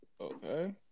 okay